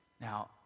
Now